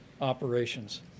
operations